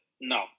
No